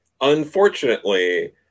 unfortunately